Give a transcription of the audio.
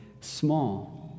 small